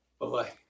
Bye-bye